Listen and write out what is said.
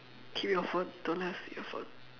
keep your phone don't let her see your phone